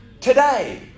today